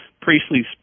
Priestley's